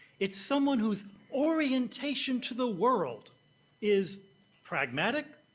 it's someone whose orientation to the world is pragmatic,